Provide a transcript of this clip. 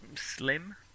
Slim